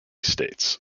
states